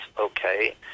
okay